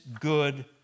good